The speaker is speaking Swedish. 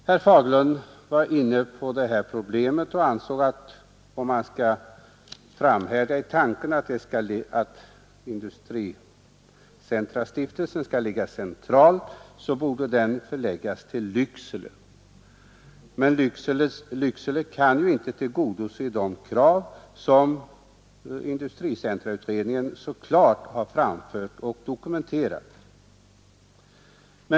Herr Fagerlund var inne på detta problem och ansåg att om man skall framhärda i tanken att industricentrastiftelsen skall ligga centralt, borde den förläggas till Lycksele. Men Lycksele kan inte tillgodose de krav som industricentrautredningen klart har framfört och dokumenterat.